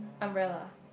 umbrella